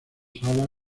salas